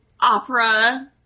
opera